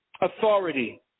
authority